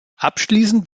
abschließend